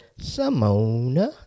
Simona